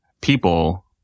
people